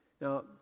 Now